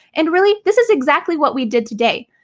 and really this is exactly what we did today.